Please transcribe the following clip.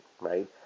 right